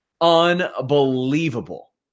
unbelievable